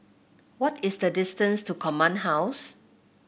what is the distance to Command House